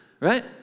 Right